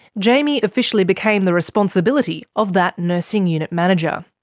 jaimie officially became the responsibility of that nursing unit manager.